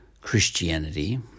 Christianity